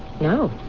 No